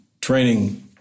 training